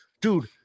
dude